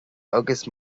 agus